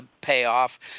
payoff